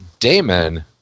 Damon